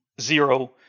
zero